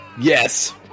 Yes